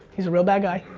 he's a real bad guy.